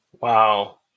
Wow